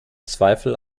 zweifel